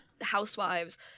Housewives